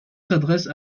s’adresse